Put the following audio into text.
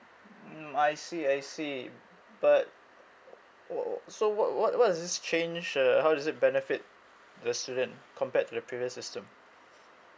mm I see I see but what what so so what what what is this change uh how is it benefit the student compared to the previous system